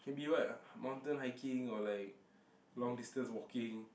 can be what mountain hiking or like long distance walking